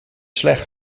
slecht